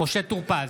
משה טור פז,